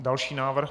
Další návrh?